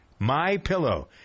MyPillow